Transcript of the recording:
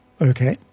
okay